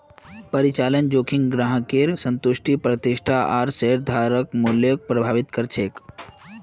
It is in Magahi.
परिचालन जोखिम ग्राहकेर संतुष्टि प्रतिष्ठा आर शेयरधारक मूल्यक प्रभावित कर छेक